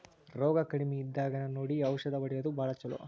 ರೋಗಾ ಕಡಮಿ ಇದ್ದಾಗನ ನೋಡಿ ಔಷದ ಹೊಡಿಯುದು ಭಾಳ ಚುಲೊ